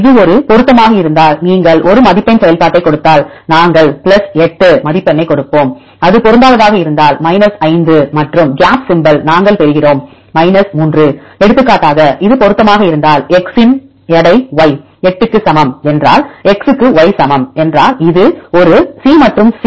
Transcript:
இது ஒரு பொருத்தமாக இருந்தால் நீங்கள் ஒரு மதிப்பெண் செயல்பாட்டைக் கொடுத்தால் நாங்கள் 8 மதிப்பெண்ணைக் கொடுப்போம் அது பொருந்தாததாக இருந்தால் 5 மற்றும் கேப் சிம்பளை நாங்கள் தருகிறோம் 3 எடுத்துக்காட்டாக இது பொருத்தமாக இருந்தால் x இன் எடை y 8 க்கு சமம் என்றால் x க்கு y க்கு சமம் என்றால் இது ஒரு சி மற்றும் பின்னர் சி